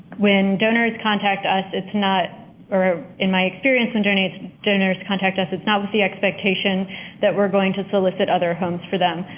when donors contact us, it's not or in my experience and when donors contact us, it's not with the expectation that we're going to solicit other homes for them.